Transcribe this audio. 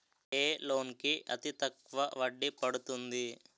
ఏ loan కి అతి తక్కువ వడ్డీ పడుతుంది?